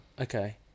Okay